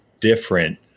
different